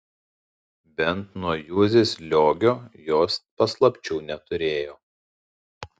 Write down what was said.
bent nuo juzės liogio jos paslapčių neturėjo